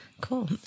Cool